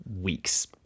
weeks